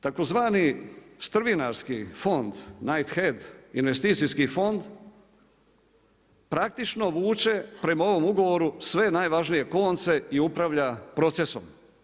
Tzv. strvinarski fond Knighthead, investicijski fond praktično vuče prema ovom ugovoru sve najvažnije konce i upravlja procesom.